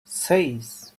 seis